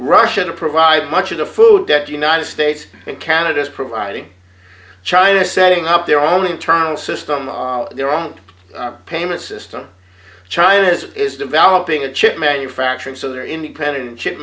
russia to provide much of the food at united states and canada is providing china setting up their own internal system their own payment system china's is developing a chip manufacturing so they're independent chi